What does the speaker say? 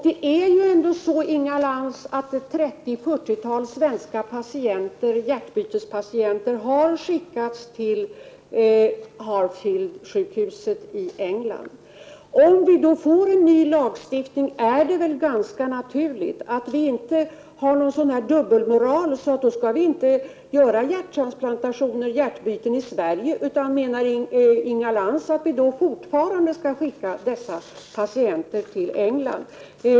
Det är ju ändå så, Inga Lantz, att 30-40 svenska hjärtbytespatienter har skickats till Harefieldsjukhuset i England. Om vi får en ny lagstiftning på det här området är det väl ganska naturligt att vi inte tillämpar en sådan dubbelmoral att vi ändå inte gör hjärtbyten i Sverige. Menar Inga Lantz att vi skall fortsätta att skicka patienter till England?